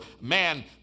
man